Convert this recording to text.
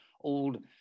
old